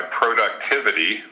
productivity